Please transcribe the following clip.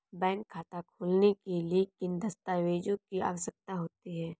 Bank खाता खोलने के लिए किन दस्तावेज़ों की आवश्यकता होती है?